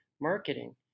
marketing